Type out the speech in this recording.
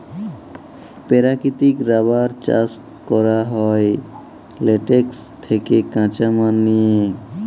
পেরাকিতিক রাবার চাষ ক্যরা হ্যয় ল্যাটেক্স থ্যাকে কাঁচা মাল লিয়ে